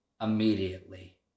immediately